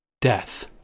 Death